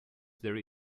there